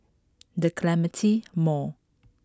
The Clementi Mall